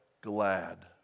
glad